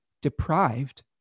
deprived